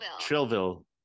Trillville